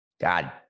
God